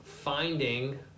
finding